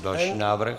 Další návrh.